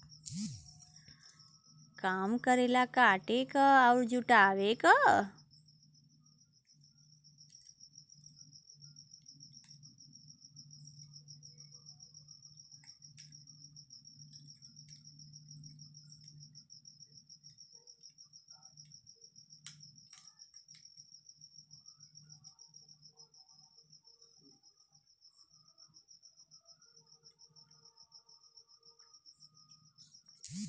काम करेला काटे क अउर जुटावे क